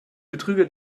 betrüger